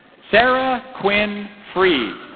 sarah quinn freed